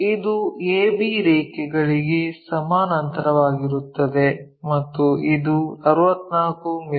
ಆದ್ದರಿಂದ ಇದು ab ರೇಖೆಗಳಿಗೆ ಸಮಾನಾಂತರವಾಗಿರುತ್ತದೆ ಮತ್ತು ಇದು 64 ಮಿ